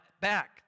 back